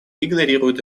игнорирует